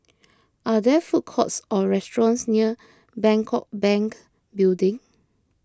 are there food courts or restaurants near Bangkok Bank Building